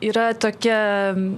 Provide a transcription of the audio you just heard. yra tokia